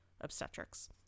obstetrics